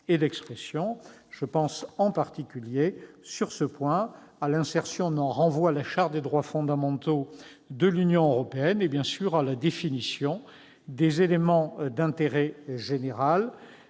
Je pense en particulier, sur ce point, à l'insertion d'un renvoi à la Charte des droits fondamentaux de l'Union européenne et, bien sûr, à la définition des éléments d'ordre